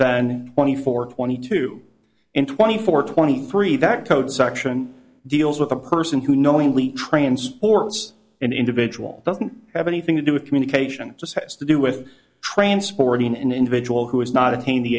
than twenty four twenty two and twenty four twenty three that code section deals with a person who knowingly transports an individual doesn't have anything to do with communication this has to do with transporting an individual who has not attained the